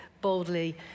boldly